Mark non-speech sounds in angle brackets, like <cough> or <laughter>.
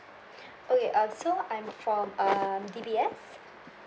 <breath> oh ya uh so I'm from um D_B_S